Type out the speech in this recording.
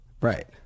right